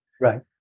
Right